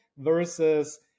versus